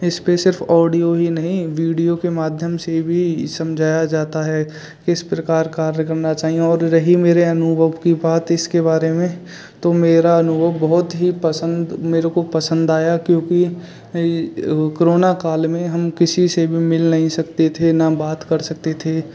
इस पर सिर्फ औडियो ही नहीं वीडियो के माध्यम से भी समझाया जाता है किस प्रकार कार्य करना चाहिए और रही मेरे अनुभव कि बात इसके बारे में तो मेरा अनुभव बहुत ही पसंद मेरे को पसंद आया क्योंकि कोरोना काल में हम किसी से भी मिल नहीं सकते थे न बात कर सकते थे